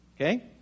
Okay